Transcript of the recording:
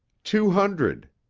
two hundred.